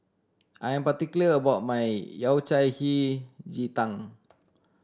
I am particular about my Yao Cai Hei Ji Tang